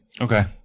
Okay